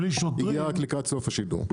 הגיע רק לקראת סוף השידור.